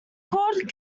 called